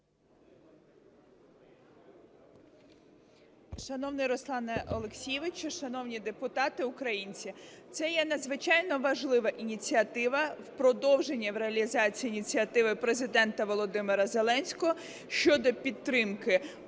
Шановний Руслане Олексійовичу, шановні депутати, українці! Це є надзвичайно важлива ініціатива в продовження реалізації ініціативи Президента Володимира Зеленського щодо підтримки українців,